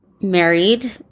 married